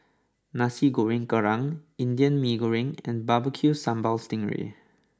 Nasi Goreng Kerang Indian Mee Goreng and Barbecue Sambal Sting Ray